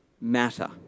matter